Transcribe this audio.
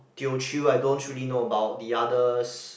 Teochew I don't really know about the others